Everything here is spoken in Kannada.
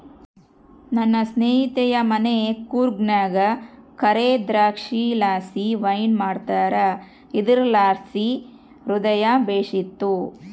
ನನ್ನ ಸ್ನೇಹಿತೆಯ ಮನೆ ಕೂರ್ಗ್ನಾಗ ಕರೇ ದ್ರಾಕ್ಷಿಲಾಸಿ ವೈನ್ ಮಾಡ್ತಾರ ಇದುರ್ಲಾಸಿ ಹೃದಯ ಬೇಶಿತ್ತು